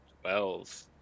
Twelve